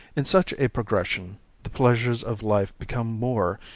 in such a progression the pleasures of life become more,